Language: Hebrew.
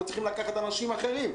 היו צריכים לקחת אנשים אחרים.